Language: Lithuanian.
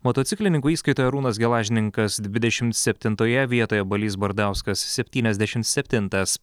motociklininkų įskaitoje arūnas gelažninkas dvidešim septintoje vietoje balys bardauskas septyniasdešim septintas